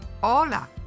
Hola